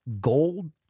gold